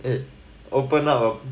eh opened up ah